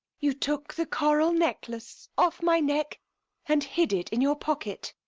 you took the coral necklace off my neck and hid it in your pocket.